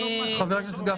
חבר הכנסת גפני.